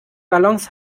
balance